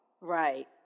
right